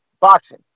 boxing